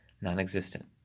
non-existent